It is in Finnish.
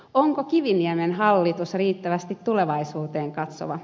onko kiviniemen hallitus riittävästi tulevaisuuteen katsova